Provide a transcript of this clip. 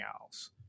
else